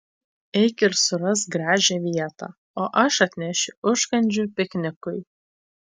eik ir surask gražią vietą o aš atnešiu užkandžių piknikui